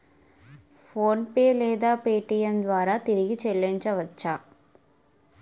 PhonePe లేదా Paytm ద్వారా తిరిగి చల్లించవచ్చ?